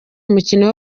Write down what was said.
umukino